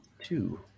Two